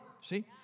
See